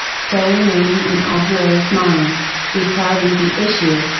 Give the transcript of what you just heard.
still remaining in our hearers' minds, beclouding the issue.